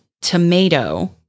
tomato